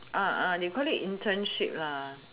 uh they call it internship lah